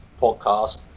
podcast